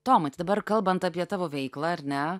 tomai tai dabar kalbant apie tavo veiklą ar ne